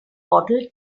bottle